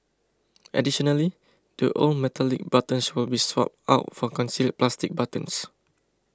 additionally the old metallic buttons will be swapped out for concealed plastic buttons